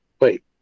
Wait